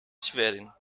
schwerin